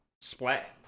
splat